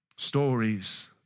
Stories